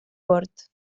hort